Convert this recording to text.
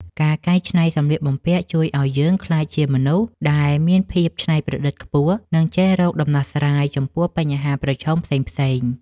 ការកែច្នៃសម្លៀកបំពាក់ជួយឱ្យយើងក្លាយជាមនុស្សដែលមានភាពច្នៃប្រឌិតខ្ពស់ និងចេះរកដំណោះស្រាយចំពោះបញ្ហាប្រឈមផ្សេងៗ។